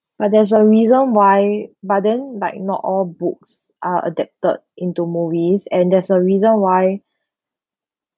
but there's a reason why but then like not all books are adapted into movies and there's a reason why